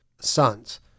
sons